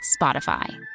Spotify